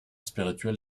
spirituel